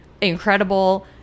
incredible